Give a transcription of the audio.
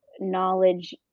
knowledge